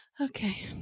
Okay